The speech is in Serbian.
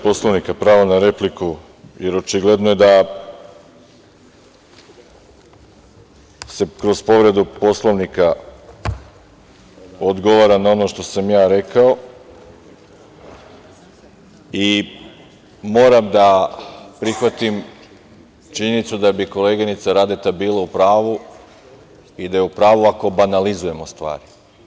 Poslovnika, pravo na repliku, jer očigledno je da se kroz povredu Poslovnika odgovara na ono što sam ja rekao i moram da prihvatim činjenicu da bi koleginica Radeta bila u pravu i da je u pravu ako banalizujemo stvari.